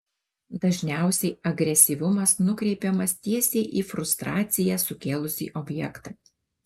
dažniausiai agresyvumas nukreipiamas tiesiai į frustraciją sukėlusį objektą